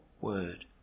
word